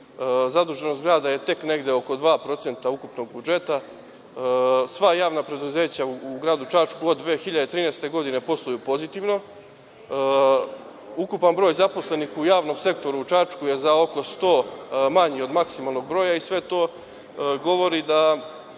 zaduženost grada je tek negde oko 2% ukupnog budžeta, sva javna preduzeća u gradu Čačku od 2013. godine posluju pozitivno, ukupan broj zaposlenih u javnom sektoru u Čačku je za oko 100 manji od maksimalnog broja i sve to govori da